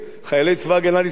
חיילי צבא-הגנה לישראל,